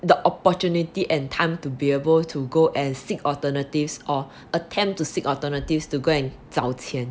the opportunity and time to be able to go and seek alternatives or attempt to seek alternatives to go and 找钱